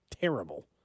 terrible